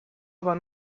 aber